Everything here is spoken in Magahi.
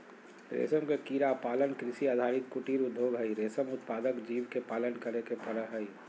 रेशम के कीड़ा पालन कृषि आधारित कुटीर उद्योग हई, रेशम उत्पादक जीव के पालन करे के पड़ हई